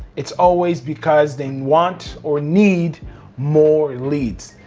it's always because they want or need more leads.